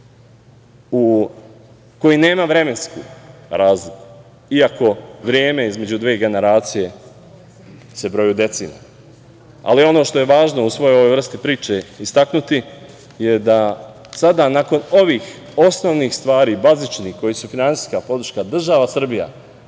koji nema vremensku razliku iako vreme između dve generacije se broji u decenijama. Ono što je važno u ovoj vrsti priče istaknuti je da sada nakon ovih osnovnih stvari bazični, koji su finansijska podrška, država Srbija